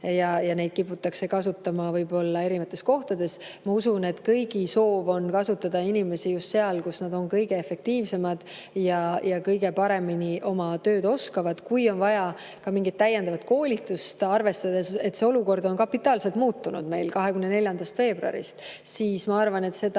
ja neid kiputakse kasutama võib-olla erinevates kohtades. Ma usun, et kõigi soov on kasutada inimesi just seal, kus nad on kõige efektiivsemad ja kõige paremini oma tööd oskavad. Kui on vaja ka mingit täiendavat koolitust, arvestades, et see olukord on kapitaalselt muutunud meil 24. veebruarist, siis ma arvan, et seda